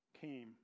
came